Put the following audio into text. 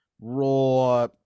raw